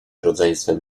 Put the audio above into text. rodzeństwem